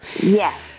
Yes